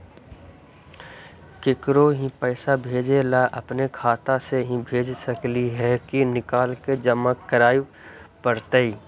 केकरो ही पैसा भेजे ल अपने खाता से ही भेज सकली हे की निकाल के जमा कराए पड़तइ?